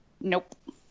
Nope